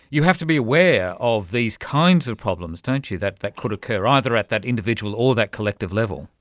you have to be aware of these kinds of problems, don't you, that that could occur, either at that individual or that collective level.